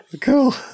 cool